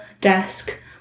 desk